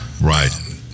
Right